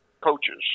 coaches